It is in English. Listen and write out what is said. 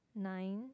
nine